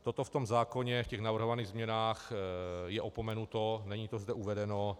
Toto v tom zákoně v těch navrhovaných změnách je opomenuto, není to zde uvedeno.